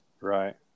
Right